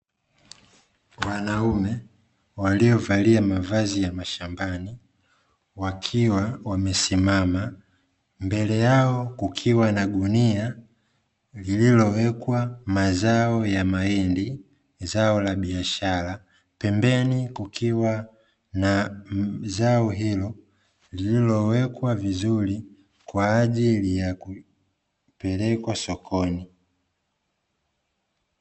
Wanaume waliovalia mavazi ya mashambani, wakiwa wamesimama. Mbele yao kukiwa na gunia lililowekwa mazao ya mahindi, zao la biashara. Pembeni kukiwa na zao hilo, lililowekwa vizuri kwa ajili ya kupelekwa sokoni.